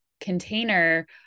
container